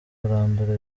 kurandura